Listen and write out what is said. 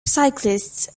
cyclists